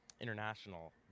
international